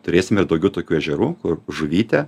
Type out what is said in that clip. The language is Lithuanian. turėsim ir daugiau tokių ežerų kur žuvytė